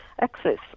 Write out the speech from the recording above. access